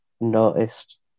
noticed